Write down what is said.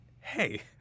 Hey